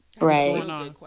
right